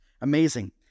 amazing